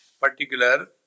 particular